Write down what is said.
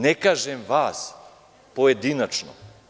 Ne kažem vas pojedinačno.